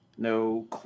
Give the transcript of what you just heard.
No